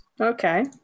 Okay